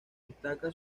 destaca